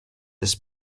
this